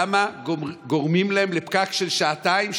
למה גורמים להם לפקק של שעתיים,